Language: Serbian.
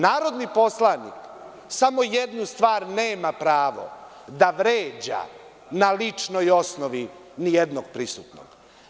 Narodni poslanik samo jednu stvar nema pravo, da vređa na ličnoj osnovi nijednog prisutnog.